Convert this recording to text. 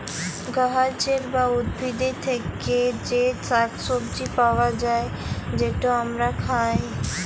গাহাচের বা উদ্ভিদের থ্যাকে যে শাক সবজি পাউয়া যায়, যেট আমরা খায়